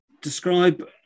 describe